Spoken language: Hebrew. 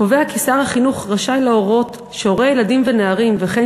קובע כי שר החינוך רשאי להורות שהורי ילדים ונערים וכן